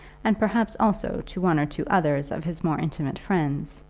and perhaps also to one or two others of his more intimate friends,